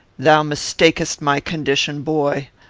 thou mistakest my condition, boy.